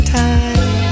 time